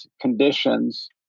conditions